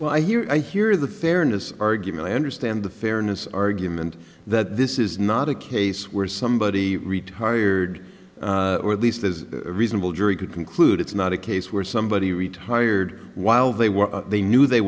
well i hear i hear the fairness argument i understand the fairness argument that this is not a case where somebody retired or at least as a reasonable jury could conclude it's not a case where somebody retired while they were they knew they